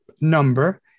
number